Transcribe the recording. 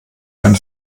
kein